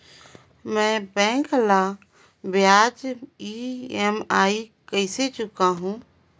मैं बैंक ला ब्याज ई.एम.आई कइसे चुकाहू?